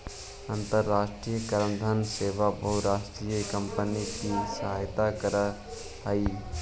अन्तराष्ट्रिय कराधान सेवा बहुराष्ट्रीय कॉम्पनियों की सहायता करअ हई